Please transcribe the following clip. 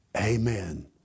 amen